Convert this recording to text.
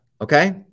okay